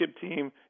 team